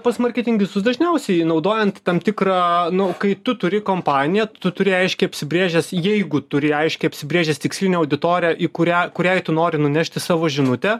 pas marketingistus dažniausiai naudojant tam tikrą nu kai tu turi kompaniją tu turi aiškiai apsibrėžęs jeigu turi aiškiai apsibrėžęs tikslinę auditoriją į kurią kuriai tu nori nunešti savo žinutę